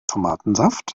tomatensaft